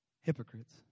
Hypocrites